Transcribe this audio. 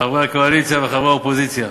חברי הקואליציה וחברי האופוזיציה,